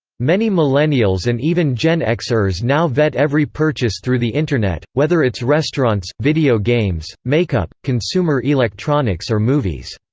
many millennials and even gen x-ers now vet every purchase through the internet, whether it's restaurants, video games, make-up, consumer electronics or movies.